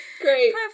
great